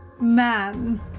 man